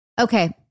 Okay